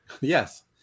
Yes